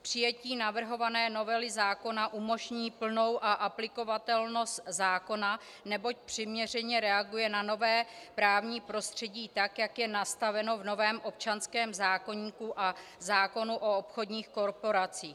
Přijetí navrhované novely zákona umožní plnou aplikovatelnost zákona, neboť přiměřeně reaguje na nové právní prostředí tak, jak je nastaveno v novém občanském zákoníku a zákonu o obchodních korporací.